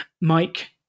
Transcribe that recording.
Mike